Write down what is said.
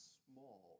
small